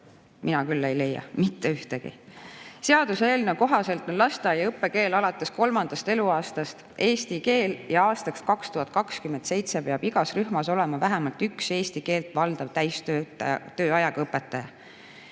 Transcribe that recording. Mina küll ei leia mitte ühtegi. Seaduseelnõu kohaselt on lasteaia õppekeel alates kolmandast eluaastast eesti keel ja aastaks 2027 peab igas rühmas olema vähemalt üks eesti keelt valdav täistööajaga õpetaja.